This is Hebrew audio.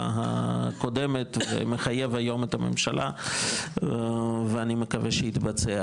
הקודמת ומחייב היום את הממשלה ואני מקווה שיתבצע,